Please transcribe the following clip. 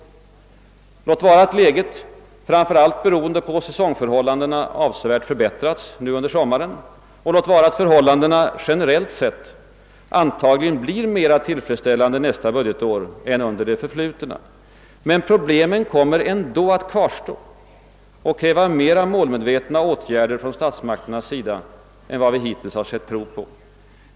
Låt vara att läget, framför allt beroende på säsongförhållandena, avsevärt förbättras under sommaren och låt vara att förhållandena generellt sett antagligen blir mera tillfredsställande under nästa budgetår än under det snart förflutna, så kommer problemen ändå att kvarstå och kräva mera målmedvetna åtgärder från statsmakternas sida än vi hittills sett prov på.